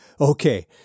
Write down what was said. Okay